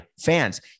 fans